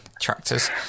tractors